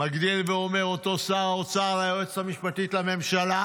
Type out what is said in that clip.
מגדיל ואומר אותו שר האוצר ליועצת המשפטית לממשלה: